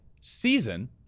season